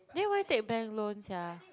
then why take bank loan sia